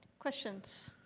questions?